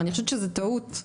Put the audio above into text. אני חושבת שזאת טעות,